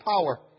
power